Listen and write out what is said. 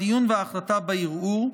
הדיון וההחלטה בערעור,